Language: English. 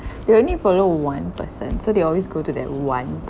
they only follow one person so they always go to that one